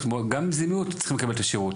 גם אם זה מיעוט אז צריך לקבל את השירות,